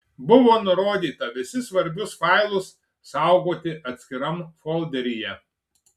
buvo nurodyta visi svarbius failus saugoti atskiram folderyje